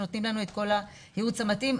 שנותנים לנו את כל הייעוץ המתאים.